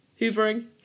hoovering